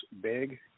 big